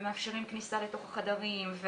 מאפשרים כניסה לתוך החדרים.